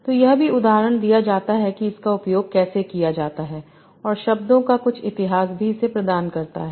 तो यह भी उदाहरण दिया जाता है कि इसका उपयोग कैसे किया जाता है और शब्दों का कुछ इतिहास भी इसे प्रदान करता है